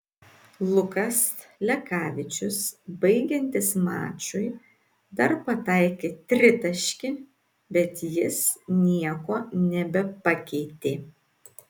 lukas lekavičius baigiantis mačui dar pataikė tritaškį bet jis nieko nebepakeitė